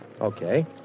Okay